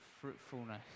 fruitfulness